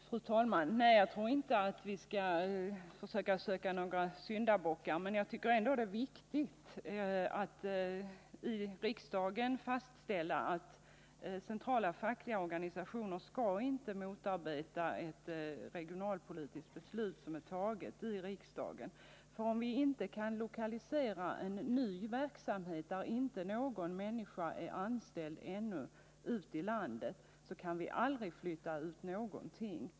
Fru talman! Nej, jag tror inte att vi skall söka syndabockar. Men jag tycker ändå att det är viktigt att i riksdagen fastställa att centrala fackliga organisationer inte skall motarbeta ett regionalpolitiskt beslut som är fattat i riksdagen. Om vi inte kan lokalisera en ny verksamhet, där inte någon människa är anställd ännu, ut i landet, så kan vi aldrig flytta ut någonting.